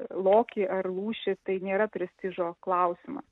lokį ar lūšį tai nėra prestižo klausimas